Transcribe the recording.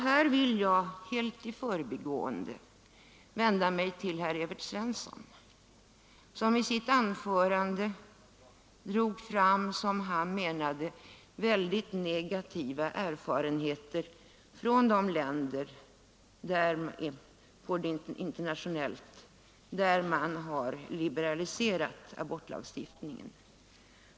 Här vill jag i förbigående vända mig till herr Evert Svensson, som i sitt anförande drog fram, som han menade, mycket negativa erfarenheter från de länder där man har liberaliserat abortlagstiftningen.